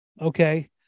okay